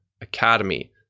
Academy